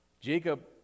Jacob